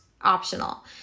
optional